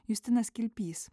justinas kilpys